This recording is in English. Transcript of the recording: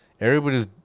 everybody's